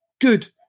good